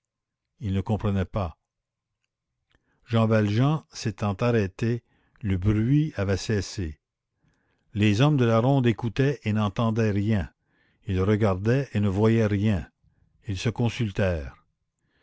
il ne comprenait pas jean valjean s'étant arrêté le bruit avait cessé les hommes de la ronde écoutaient et n'entendaient rien ils regardaient et ne voyaient rien ils se consultèrent